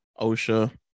OSHA